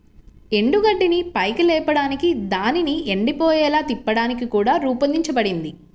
ఎండుగడ్డిని పైకి లేపడానికి దానిని ఎండిపోయేలా తిప్పడానికి కూడా రూపొందించబడింది